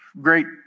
great